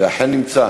אכן נמצא.